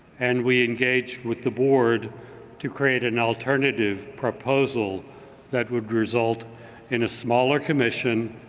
and we engaged with the board to create an alternative proposal that would result in a smaller commission,